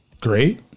Great